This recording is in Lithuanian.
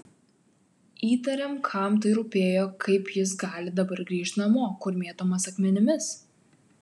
įtariam kam tai rūpėjo kaip jis gali dabar grįžt namo kur mėtomas akmenimis